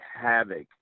havoc